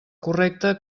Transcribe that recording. correcta